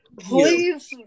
Please